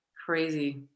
Crazy